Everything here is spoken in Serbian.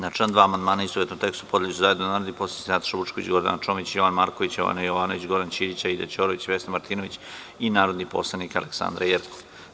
Na član 2. amandmane, u istovetnom tekstu, podneli su zajedno narodni poslanici Nataša Vučković, Gordana Čomić, Jovan Marković, Jovana Jovanović, Goran Ćirić, Aida Ćorović, Vesna Martinović i narodni poslanik mr Aleksandra Jerkov.